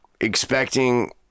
expecting